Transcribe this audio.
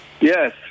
Yes